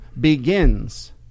begins